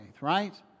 right